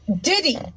Diddy